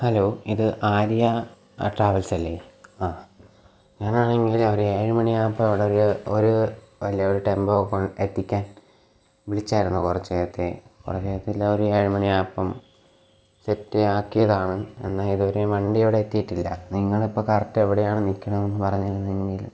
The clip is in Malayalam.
ഹലോ ഇത് ആര്യ ട്രാവൽസല്ലേ ആ ഞാനാണെങ്കിൽ ഒരു ഏഴ് മണിയാകുമ്പോൾ അവിടുള്ള ഒരു ടെമ്പോ എത്തിക്കാൻ വിളിച്ചതായിരുന്നു കുറച്ച് നേരത്തെ ഒരു ഏഴു മണിയായപ്പം സെറ്റാക്കിയതാണ് പിന്നെ ഇത്വരേം വണ്ടി ഇവിടെ എത്തിയിട്ടില്ല നിങ്ങളിപ്പോൾ കററ്റ് എവിടെയാണ് നിൽക്കണേന്ന് പറഞ്ഞിരുന്നെങ്കിൽ